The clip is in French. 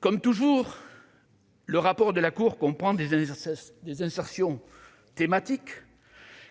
Comme toujours, le RPA comprend des insertions thématiques,